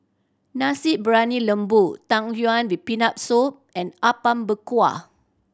Nasi Briyani Lembu Tang Yuen with Peanut Soup and Apom Berkuah